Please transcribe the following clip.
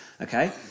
Okay